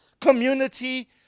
community